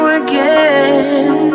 again